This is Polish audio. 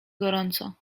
gorąco